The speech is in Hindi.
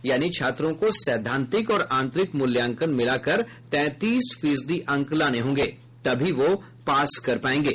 यानी छात्रों को सैद्वांतिक और आंतरिक मूल्यांकन मिलाकर तैंतीस फीसदी अंक लाने होंगे तभी वह पास कर पायेंगे